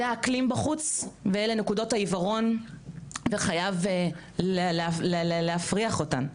זה האקלים בחוץ ואלה נקודות העיוורון וחייב להפריח אותם.